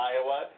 Iowa